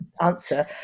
answer